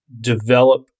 develop